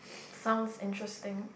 sounds interesting